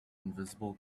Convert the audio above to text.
invisible